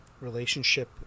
relationship